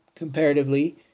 Comparatively